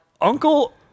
Uncle